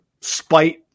spite